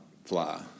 Fly